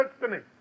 destiny